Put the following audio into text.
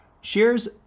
shares